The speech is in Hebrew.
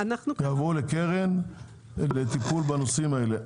יעברו לקרן לטיפול בנושאים האלה.